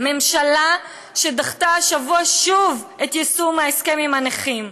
ממשלה שדחתה השבוע שוב את יישום ההסכם עם הנכים,